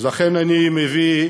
לכן אני מביא,